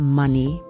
money